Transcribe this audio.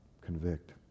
convict